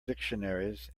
dictionaries